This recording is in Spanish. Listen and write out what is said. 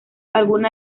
algunas